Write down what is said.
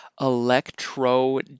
electro